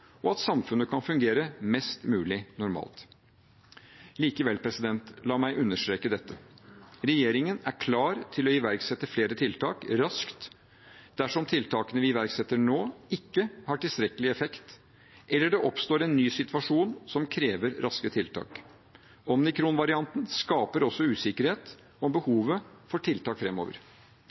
og at samfunnet kan fungere mest mulig normalt. La meg likevel understreke dette: Regjeringen er klar til å iverksette flere tiltak raskt dersom de tiltakene vi iverksetter nå, ikke har tilstrekkelig effekt, eller dersom det oppstår en ny situasjon som krever raske tiltak. Omikronvarianten skaper også usikkerhet om behovet for tiltak